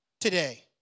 today